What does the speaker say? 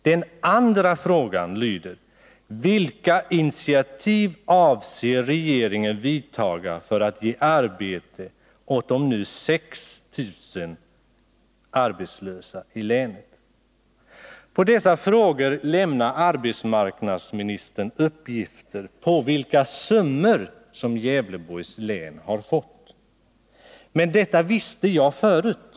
De lyder: Som svar på dessa frågor lämnar arbetsmarknadsministern sifferuppgifter på vilka summor som Gävleborgs län har fått. Men detta visste jag förut.